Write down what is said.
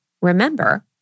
remember